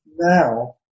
Now